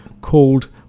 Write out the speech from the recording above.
called